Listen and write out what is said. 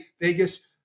Vegas